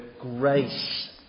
grace